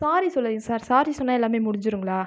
ஸாரி சொல்லாதிங்க sir sorry சொன்னால் எல்லாமே முடிஞ்சிருங்களா